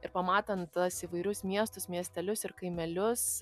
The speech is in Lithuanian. ir pamatant tas įvairius miestus miestelius ir kaimelius